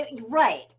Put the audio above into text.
Right